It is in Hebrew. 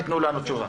ותנו לנו תשובה.